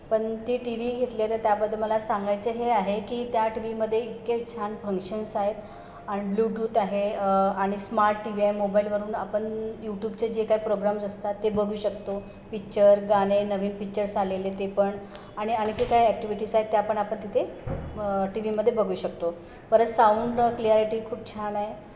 पण ती T V घेतले तर त्याबद्दल मला सांगायचं हे आहे की त्या टी व्हीमध्ये इतके छान फंक्शन्स आहेत आणि ब्लूटूथ आहे आणि स्मार्ट टी व्ही आहे मोबाईलवरून आपण यूटूबचे जे काय प्रोग्राम्स असतात ते बघू शकतो पिच्चर गाणे नवीन पिच्चर्स आलेले ते पण आणि आणखी काय ॲक्टिव्हिटीज आहेत त्या पण आपण तिथे टी व्हीमध्ये बघू शकतो परत साऊंड क्लियारिटी खूप छान आहे